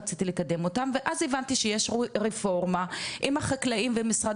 רציתי לקדם אותם ואז הבנתי שיש רפורמה עם החקלאים במשרד